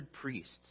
priests